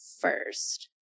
first